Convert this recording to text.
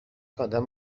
آدم